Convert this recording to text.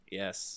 yes